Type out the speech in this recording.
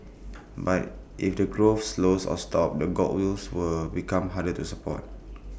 but if the growth slows or stops that goodwill will become harder to support